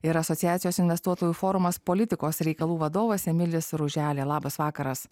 ir asociacijos investuotojų forumas politikos reikalų vadovas emilis ruželė labas vakaras